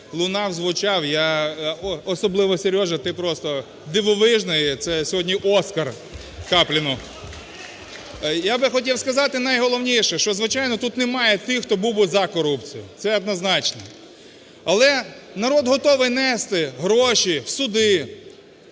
лунав, звучав. Особливо Серьожа, ти просто дивовижний. Це сьогодні "Оскар" Капліну. Я би хотів сказати найголовніше, що, звичайно, тут немає тих, хто був би за корупцію. Це однозначно. Але народ готовий нести гроші в суди,